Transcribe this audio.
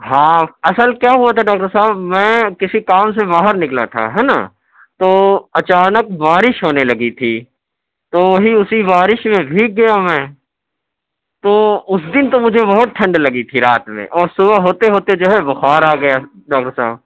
ہاں اصل کیا ہوا تھا ڈاکٹر صاحب میں کسی کام سے باہر نکلا تھا ہے نا تو اچانک بارش ہونے لگی تھی تو وہیں اسی بارش میں بھیگ گیا میں تو اس دن تو مجھے بہت ٹھنڈ لگی تھی رات میں اور صبح ہوتے ہوتے جو ہے بخار آ گیا ڈاکٹر صاحب